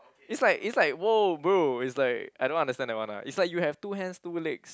it's like it's like !wow! bro it's like I don't understand that one lah it's like you have two hands two legs